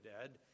dead